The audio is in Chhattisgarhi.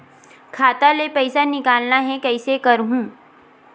खाता ले पईसा निकालना हे, कइसे करहूं?